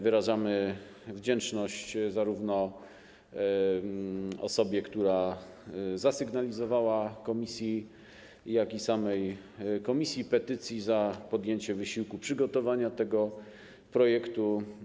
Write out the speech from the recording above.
Wyrażamy wdzięczność zarówno osobie, która zasygnalizowała to komisji, jak i samej Komisji do Spraw Petycji za podjęcie wysiłku przygotowania tego projektu.